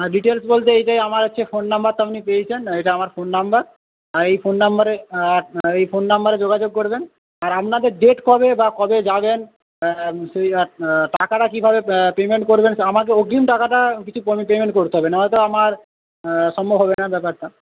হ্যাঁ ডিটেলস বলতে এইটাই আমার হচ্ছে ফোন নম্বরটা আপনি পেয়েছেন এটা আমার ফোন নম্বর আর এই ফোন নম্বরে আচ্ছা এই ফোন নম্বরে যোগাযোগ করবেন আর আপনাদের ডেট কবে বা কবে যাবেন টাকাটা কিভাবে পেমেন্ট করবেন তা আমাকে অগ্রিম টাকাটা কিছু পেমেন্ট করতে হবে নাহলে তো আমার সম্ভব হবে না ব্যাপারটা